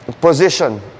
position